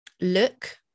look